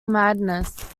madness